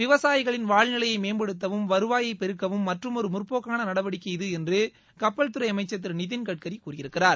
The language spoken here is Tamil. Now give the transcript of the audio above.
விவசாயிகளின் வாழ்நிலையை மேம்படுத்தவும் வருவாயை பெருக்கவும் மற்றுமொரு முற்போக்காள நடவடிக்கை இது என்று கப்பல்துறை அமைச்சர் திரு நிதின் கட்கரி கூறியிருக்கிறார்